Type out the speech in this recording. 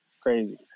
crazy